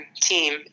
team